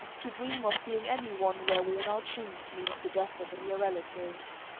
to dream of seeing any one wear worn-out shoes means the death of a near relative.